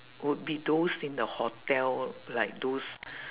would be those in the hotel like those